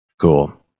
Cool